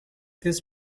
this